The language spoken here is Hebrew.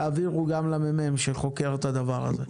תעבירו גם למרכז המחקר והמידע שחוקר את הדבר הזה.